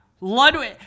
Ludwig